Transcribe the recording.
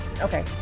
Okay